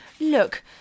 Look